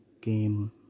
game